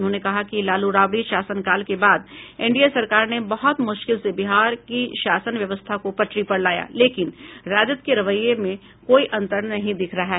उन्होंने कहा कि लालू राबड़ी शासनकाल के बाद एनडीए सरकार ने बहुत मुश्किल से बिहार की शासन व्यवस्था को पटरी पर लाया लेकिन राजद के रवैये में कोई अंतर नहीं दिख रहा है